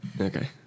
Okay